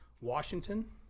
Washington